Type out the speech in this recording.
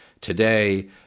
today